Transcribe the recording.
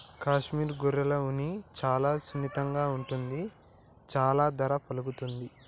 కాశ్మీర్ గొర్రెల ఉన్ని చాలా సున్నితంగా ఉంటుంది చాలా ధర పలుకుతుంది